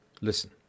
Listen